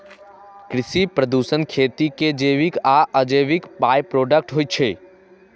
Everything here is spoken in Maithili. कृषि प्रदूषण खेती के जैविक आ अजैविक बाइप्रोडक्ट होइ छै